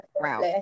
route